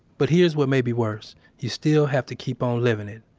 but here's what may be worse you still have to keep on living it.